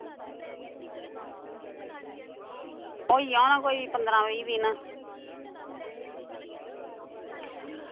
होइया होना कोई पंदरां बीह् दिन